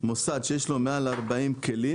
מוסד שיש לו מעל 40 כלים,